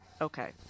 Okay